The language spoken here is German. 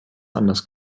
anders